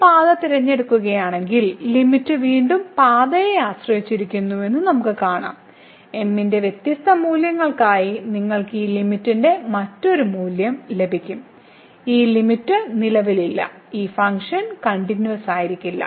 ഈ പാത തിരഞ്ഞെടുക്കുകയാണെങ്കിൽ ലിമിറ്റ് വീണ്ടും പാതയെ ആശ്രയിച്ചിരിക്കുന്നുവെന്ന് വീണ്ടും കാണാം m ന്റെ വ്യത്യസ്ത മൂല്യങ്ങൾക്കായി നിങ്ങൾക്ക് ഈ ലിമിറ്റിന്റെ മറ്റൊരു മൂല്യം ലഭിക്കും ഈ ലിമിറ്റ് നിലവിലില്ല ഈ ഫംഗ്ഷൻ കണ്ടിന്യൂവസായിരിക്കില്ല